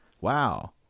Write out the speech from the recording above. Wow